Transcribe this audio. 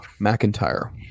McIntyre